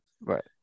Right